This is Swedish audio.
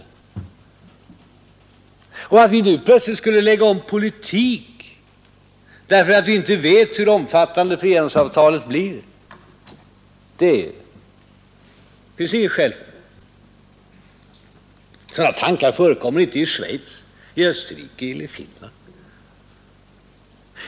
Det finns inget skäl att vi nu plötsligt skulle ändra politik därför att vi inte vet hur omfattande frihandelsavtalet blir. Sådana tankar förekommer inte i Schweiz, i Österrike eller i Finland.